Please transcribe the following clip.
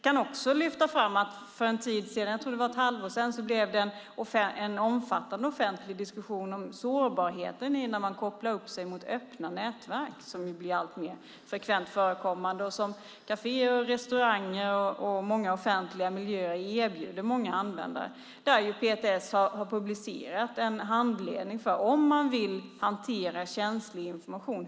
Jag kan lyfta fram att det för ett halvår sedan var en omfattande offentlig diskussion om sårbarheten när man kopplar upp sig mot öppna nätverk som ju är alltmer frekvent förekommande och som kaféer, restauranger och många offentliga miljöer erbjuder många användare. PTS har publicerat en handledning för hur man ska gå till väga om man vill hantera känslig information.